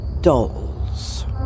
dolls